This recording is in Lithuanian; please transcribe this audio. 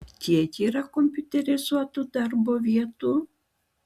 kiek yra kompiuterizuotų darbo vietų